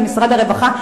של משרד הרווחה,